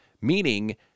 meaning